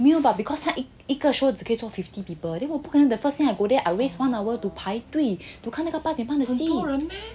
没有 but because 他一个 show 只可以做 fifty people then 我不可能 the first thing I went in I waste one hour to 排队等到八点半的戏